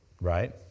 Right